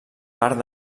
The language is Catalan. part